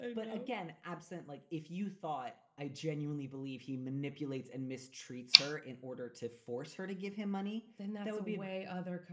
but again, absent like if you thought i genuinely believe he manipulates and mistreats her in order to force her to give him money, then there would be a way other.